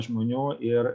žmonių ir